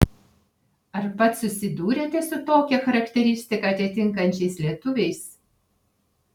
ar pats susidūrėte su tokią charakteristiką atitinkančiais lietuviais